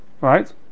right